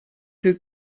who